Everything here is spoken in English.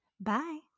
Bye